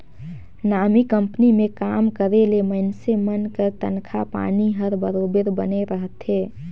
नामी कंपनी में काम करे ले मइनसे मन कर तनखा पानी हर बरोबेर बने रहथे